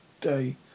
day